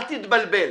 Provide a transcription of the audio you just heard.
אל תתבלבל,